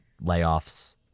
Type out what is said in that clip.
layoffs